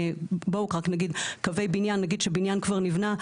בואו רק נגיד קווי בניין נגיד שבניין כבר נבנה,